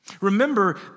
Remember